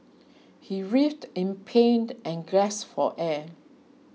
he writhed in pained and gasped for air